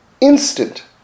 instant